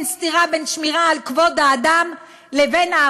אין סתירה בין שמירה על כבוד האדם,